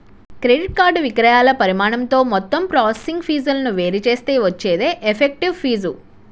credit card విక్రయాల పరిమాణంతో మొత్తం ప్రాసెసింగ్ ఫీజులను వేరు చేస్తే వచ్చేదే ఎఫెక్టివ్ ఫీజు